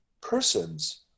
persons